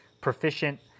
proficient